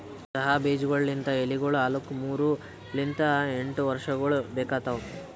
ಚಹಾ ಬೀಜಗೊಳ್ ಲಿಂತ್ ಎಲಿಗೊಳ್ ಆಲುಕ್ ಮೂರು ಲಿಂತ್ ಎಂಟು ವರ್ಷಗೊಳ್ ಬೇಕಾತವ್